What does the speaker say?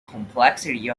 complexity